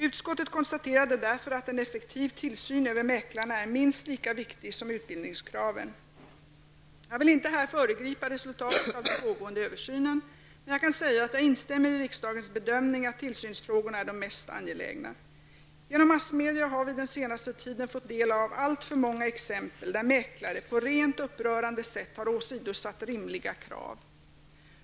Utskottet konstaterade därför att en effektiv tillsyn över mäklarna är minst lika viktig som utbildningskraven. Jag vill inte här föregripa resultatet av den pågående översynen. Men jag kan säga att jag instämmer i riksdagens bedömning att tillsynsfrågorna är de mest angelägna. Genom massmedia har vi den senaste tiden fått del av alltför många exempel där mäklare på rent upprörande sätt har åsidosatt rimliga krav.